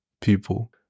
people